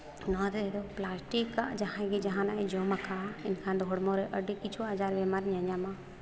ᱱᱚᱣᱟ ᱨᱮᱭᱟᱜ ᱫᱚ ᱯᱞᱟᱥᱴᱤᱠ ᱟᱜ ᱡᱟᱦᱟᱸᱭ ᱜᱮ ᱡᱟᱦᱟᱱᱟᱜᱼᱮ ᱡᱚᱢ ᱟᱠᱟᱫᱟ ᱮᱱᱠᱷᱟᱱ ᱫᱚ ᱦᱚᱲᱢᱚ ᱨᱮ ᱟᱹᱰᱤ ᱠᱤᱪᱷᱩ ᱟᱡᱟᱨ ᱵᱮᱢᱟᱨᱤᱧ ᱧᱟᱧᱟᱢᱟ